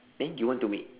then you want to make